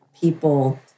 people